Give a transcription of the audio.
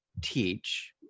teach